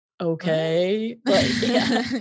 okay